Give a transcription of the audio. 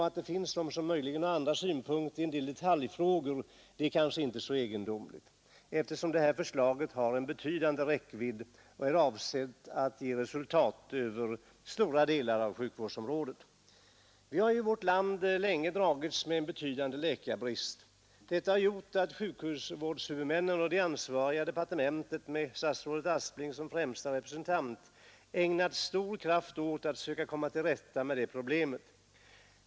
Att det finns de som möjligen har andra synpunkter än utskottet i en del detaljfrågor är kanske inte så egendomligt, eftersom förslaget om AT-läkarna haft en betydande räckvidd och är avsett att ge resultat på stora delar av sjukvårdsområdet. Vi har i vårt land länge dragits med en betydande läkarbrist. Det har gjort att sjukvårdshuvudmännen och de ansvariga i departementet med statsrådet Aspling som främste representant ägnat stor kraft åt att söka komma till rätta med det problemet.